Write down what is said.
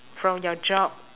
from your job